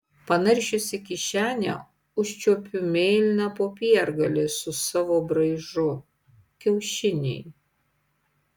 panaršiusi kišenę užčiuopiu mėlyną popiergalį su savo braižu kiaušiniai